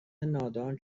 نادان